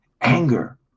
Anger